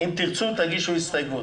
אם תרצו, תגישו הסתייגות.